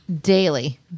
daily